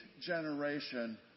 generation